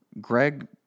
Greg